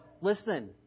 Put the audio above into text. listen